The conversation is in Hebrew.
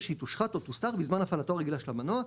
שהיא תושחת או תוסר בזמן הפעלתו הרגילה של המנוע,